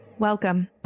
Welcome